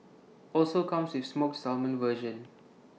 also comes with smoked salmon version